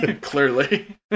clearly